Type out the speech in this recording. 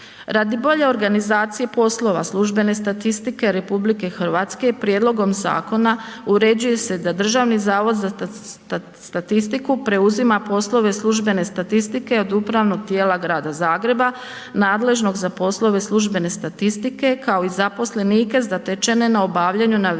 Radi bolje organizacije poslova službene statistike RH prijedlogom zakona uređuje se da Državni zavod za statistiku preuzima poslove službene statistike od upravnog tijela Grada Zagreba nadležnog za poslove službene statistike kao i zaposlenike zatečene na obavljaju navedenih